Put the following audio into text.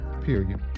Period